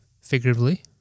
figuratively